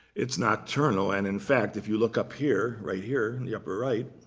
it's nocturnal, and in fact, if you look up here, right here in the upper right,